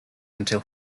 until